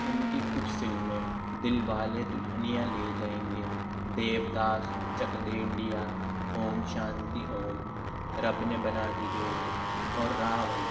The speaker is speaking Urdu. ان کی کچھ فلمیں Dilwale Dulhania Le Jayenge Devdas Chak De India Om Shanti Om Rab Ne Bana Di Jodi اور روان